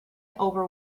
over